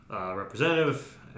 representative